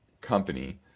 company